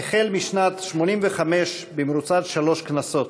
החל בשנת 1985, בשלוש כנסות: